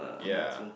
yea